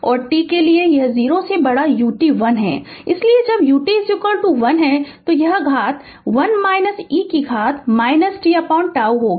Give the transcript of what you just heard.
और t के लिए 0 से बड़ा ut 1 है इसलिए जब ut 1 यह घात 1 e से घात tτ होगा